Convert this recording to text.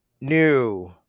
new